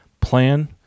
plan